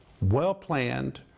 well-planned